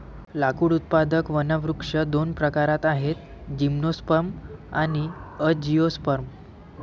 लाकूड उत्पादक वनवृक्ष दोन प्रकारात आहेतः जिम्नोस्पर्म आणि अँजिओस्पर्म